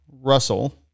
Russell –